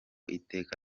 iteka